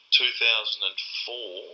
2004